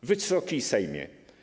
Wysoki Sejmie!